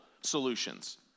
solutions